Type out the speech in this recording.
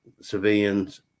civilians